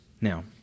Now